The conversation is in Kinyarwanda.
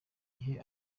gihe